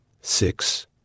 six